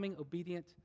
obedient